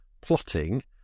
plotting